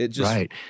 Right